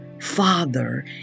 Father